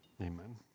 Amen